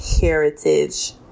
heritage